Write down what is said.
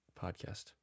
podcast